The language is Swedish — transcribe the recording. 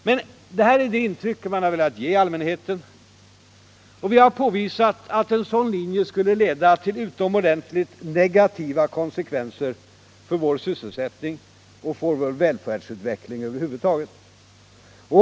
Det är det intryck som man uppenbarligen har velat ge allmänheten. Vi har påvisat att en sådan linje skulle leda till utomordentligt negativa konsekvenser för vår sysselsättning och för vår välfärdsutveckling över huvud taget.